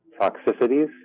toxicities